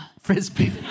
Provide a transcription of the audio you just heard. Frisbee